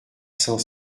cent